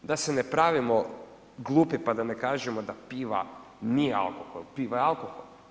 Da se ne pravimo glupi, pa da ne kažemo, da piva nije alkohol, piva je alkohol.